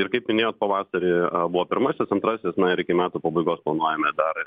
ir kaip minėjot pavasarį a buvo pirmasis antrasis na ir iki metų pabaigos planuojame dar